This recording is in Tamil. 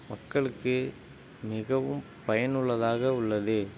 மக்களுக்கு மிகவும் பயனுள்ளதாக உள்ளது